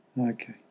okay